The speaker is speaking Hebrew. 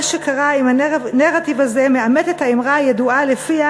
מה שקרה עם הנרטיב הזה מאמת את האמרה הידועה שלפיה